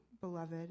beloved